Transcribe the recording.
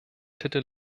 titel